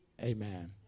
Amen